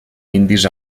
indis